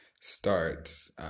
starts